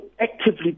actively